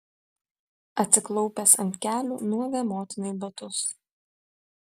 atsiklaupęs ant kelių nuavė motinai batus